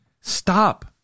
stop